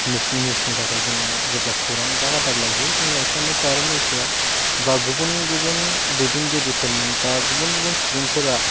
national निउसनि थाखाय जोङो जेब्ला खौरां बा रादाब लायहैयो जों बांसिनानो कारेन्ट एफेयार बा गुबुन गुबुन दैदेनगिरिफोरनि बा गुबुन गुबुन सुबुंफोर